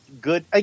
good